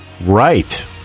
Right